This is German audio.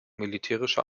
militärischer